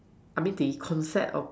I mean the concept of